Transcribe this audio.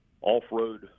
off-road